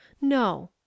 no